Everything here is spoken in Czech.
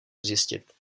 zjistit